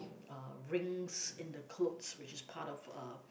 uh rings in the clothes which is part of a